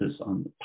on